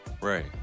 Right